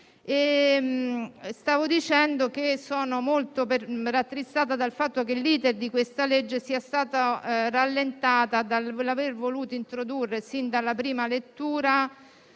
Stavo dicendo che sono molto rattristata dal fatto che l'*iter* del disegno di legge sia stato rallentato dall'aver voluto introdurre sin dalla prima lettura